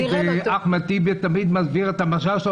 שאחמד תמיד מסביר את המשל שלו,